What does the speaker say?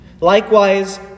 Likewise